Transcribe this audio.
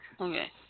Okay